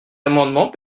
amendement